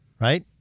Right